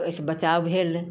तऽ ओहिसँ बचाव भेल